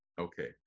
Okay